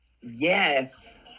Yes